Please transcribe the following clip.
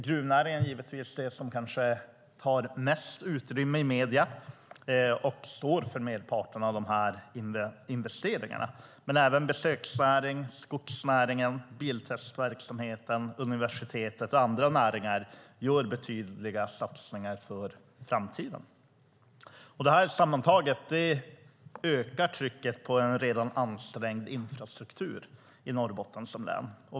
Gruvnäringen är givetvis det som kanske tar mest utrymme i medierna och står för merparten av investeringarna. Även besöksnäringen, skogsnäringen, biltestverksamheten, universitetet och andra näringar gör dock betydande satsningar för framtiden. Detta sammantaget ökar trycket på en redan ansträngd infrastruktur i Norrbotten som län.